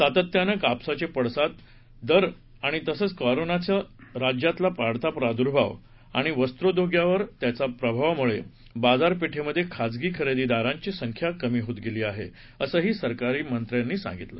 सातत्याने कापसाचे पडणारे दर तसेच कोरोनाचा राज्यातील वाढता प्रादुर्भाव आणि वस्त्रोद्योगावर त्याच्या प्रभावामुळे बाजारपेठेमध्ये खाजगी खरेदीदारांची संख्या कमी होत गेली असंही सहकार मंत्र्यांनी सांगितले